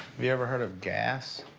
you ever heard of gas?